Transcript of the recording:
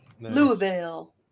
Louisville